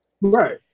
right